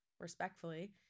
respectfully